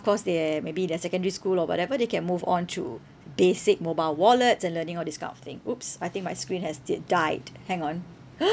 cause they maybe their secondary school or whatever they can move on to basic mobile wallets and learning all this kind of thing !oops! I think my screen has di~ died hang on